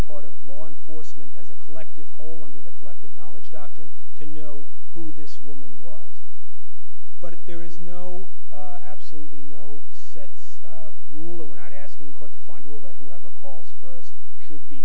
part of law enforcement as a collective whole under the collective knowledge doctrine to know who this woman was but there is no absolutely no sets rule that we're not asking court to find all that whoever calls for us should be